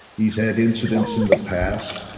he's had incidents in the past.